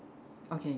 okay